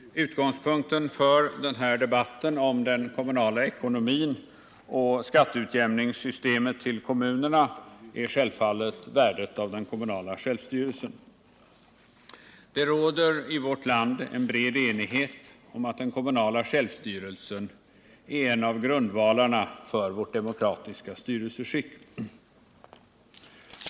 Herr talman! Utgångspunkten för den här debatten om den kommunala ekonomin och om systemet med skatteutjämning till kommunerna är självfallet värdet av den kommunala självstyrelsen. Det råder i vårt land en bred enighet om att den kommunala självstyrelsen är en av grundvalarna för vårt demokratiska styrelseskick.